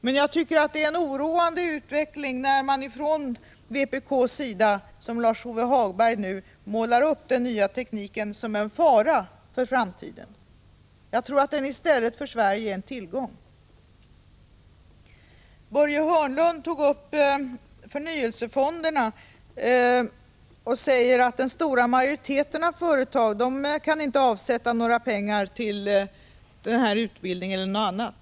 Men jag tycker att det är en oroande utveckling när man från vpk:s sida, som Lars-Ove Hagberg, målar upp den nya tekniken som en fara för framtiden. Jag tror i stället att den nya tekniken är en tillgång för Sverige. Börje Hörnlund tog upp förnyelsefonderna och sade att den stora majoriteten av företag inte kan avsätta några pengar till denna utbildning eller någon annan.